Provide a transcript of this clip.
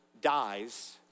dies